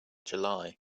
july